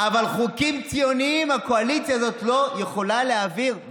אבל חוקים ציוניים הקואליציה הזאת לא יכולה להעביר,